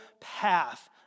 path